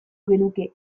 genuke